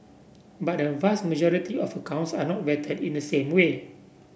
but a vast majority of accounts are not vetted in the same way